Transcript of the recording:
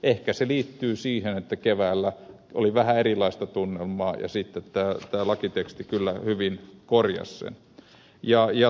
ehkä se liittyy siihen että keväällä oli vähän erilaista tunnelmaa ja sitten tämä lakiteksti kyllä hyvin korjasi sen